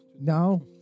No